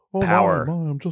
power